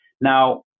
Now